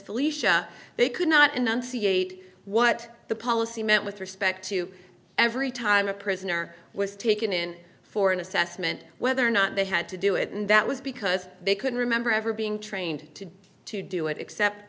felicia they could not enunciate what the policy meant with respect to every time a prisoner was taken in for an assessment whether or not they had to do it and that was because they couldn't remember ever being trained to to do it except